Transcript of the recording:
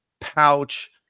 pouch